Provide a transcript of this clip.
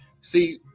See